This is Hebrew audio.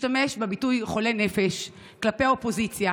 השתמש בביטוי "חולה נפש" כלפי האופוזיציה